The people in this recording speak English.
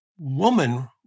woman